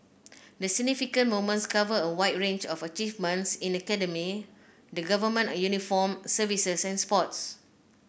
the significant moments cover a wide range of achievements in academia the Government uniformed services and sports